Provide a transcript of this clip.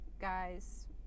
guys